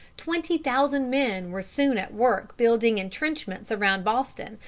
twenty thousand men were soon at work building intrenchments around boston,